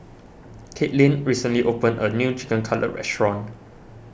Katelyn recently opened a new Chicken Cutlet restaurant